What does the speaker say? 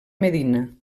medina